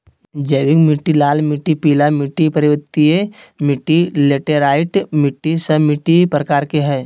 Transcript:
जैविक मिट्टी, लाल मिट्टी, पीला मिट्टी, पर्वतीय मिट्टी, लैटेराइट मिट्टी, सब मिट्टी के प्रकार हइ